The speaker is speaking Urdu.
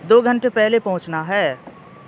دو گھنٹے پہلے پہنچنا ہے